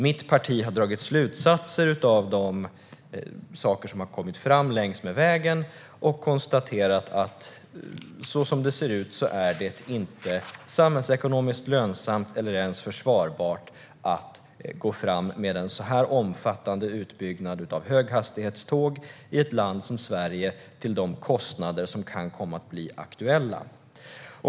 Mitt parti har dragit slutsatser utifrån de saker som har kommit fram längs med vägen. Vi konstaterar att så som det ser ut är det inte samhällsekonomiskt lönsamt eller ens försvarbart att gå fram med en så omfattande utbyggnad av höghastighetståg i ett land som Sverige till de kostnader som kan bli aktuella.